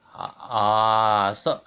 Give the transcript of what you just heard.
ah ah